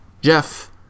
Jeff